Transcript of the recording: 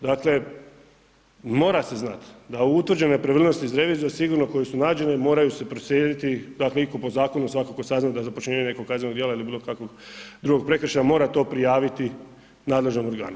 Dakle, mora se znati da utvrđene nepravilnosti iz revizije sigurno koje su nađene moraju se proslijediti, dakle iko po zakonu svakako sazna da za počinjenje nekog kaznenog ili bilo kakvog drugog prekršaja mora to prijaviti nadležnom organu.